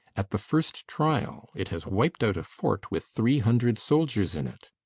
at the first trial it has wiped out a fort with three hundred soldiers in it.